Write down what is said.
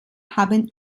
haben